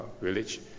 village